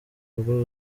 nibwo